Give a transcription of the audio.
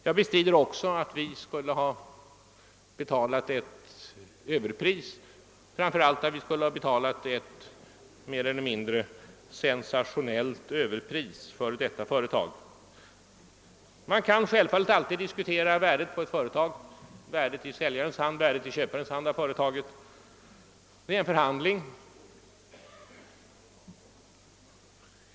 Jag bestrider också att staten skulle ha betalat ett överpris, framför allt att staten skulle ha betalat ett mer eller mindre sensationellt överpris. Man kan självfallet alltid diskutera värdet på ett företag, dvs. värdet i säljarens hand och i köparens, vid en förhandling.